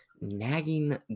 nagging